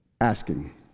asking